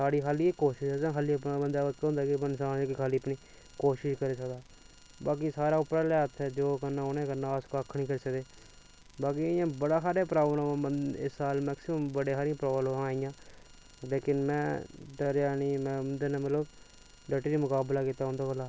साढ़ी खाल्ली एह् कोशश ऐ असें खाल्ली अपना बंदा दा होंदा कि पन्छान ऐ कि खाल्ली अपनी कोशश करी सकदा बाकी सारा उप्परै आह्ले दे हत्थ ऐ जो करना उ'न्नै करना अस कक्ख निं करी सकदे बाकी इ'यां बड़ा हारे प्राब्लम इस साल मैक्सिमम बड़ी हारियां प्राब्लमां आइयां लेकिन में डरेआ निं में उं'दे नै मतलब डटियै मकाबला कीता उं'दे कोला